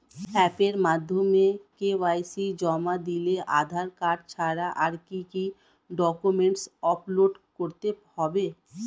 অ্যাপের মাধ্যমে কে.ওয়াই.সি জমা দিলে আধার কার্ড ছাড়া আর কি কি ডকুমেন্টস আপলোড করতে হবে?